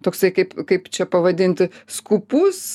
toksai kaip kaip čia pavadinti skūpus